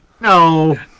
no